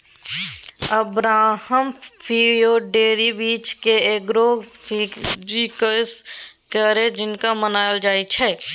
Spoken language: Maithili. अब्राहम फियोडोरोबिच केँ एग्रो फिजीक्स केर जनक मानल जाइ छै